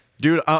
dude